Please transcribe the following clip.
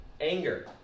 anger